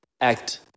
act